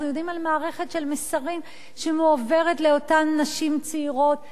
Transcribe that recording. אנחנו יודעים על מערכת של מסרים שמועברת לאותן נשים צעירות.